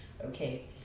Okay